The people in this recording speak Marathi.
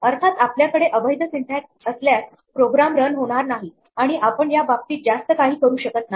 अर्थात आपल्याकडे अवैध सिंटॅक्स असल्यास प्रोग्राम रन होणार नाही आणि आपण याबाबतीत जास्त काही करू शकत नाही